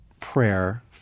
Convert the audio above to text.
prayer